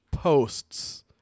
Posts